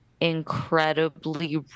incredibly